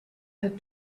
had